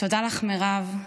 תודה לך, מירב,